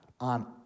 on